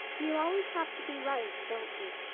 you always have to be right, don't you?